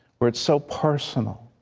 where it's so personal.